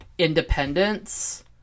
independence